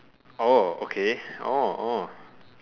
okay